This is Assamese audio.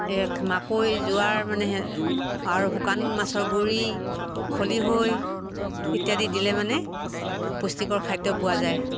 সেয়ে মাকৈ যোৱাৰ মানে আৰু শুকান মাছৰ গুড়ি খলিহৈ ইত্যাদি দিলে মানে পুষ্টিকৰ খাদ্য পোৱা যায়